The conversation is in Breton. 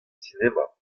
sinema